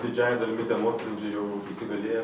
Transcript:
didžiąja dalimi tie nuosprendžiai jau įsigalėjo